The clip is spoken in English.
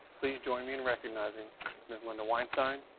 please join me in recognizing ms. linda weinstein,